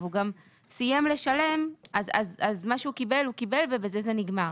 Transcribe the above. והוא גם סיים לשלם אז מה שהוא קיבל הוא קיבל ובזה זה נגמר.